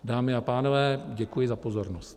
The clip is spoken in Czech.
Dámy a pánové, děkuji za pozornost.